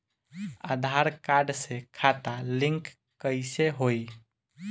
आधार card से खाता link कईसे होई?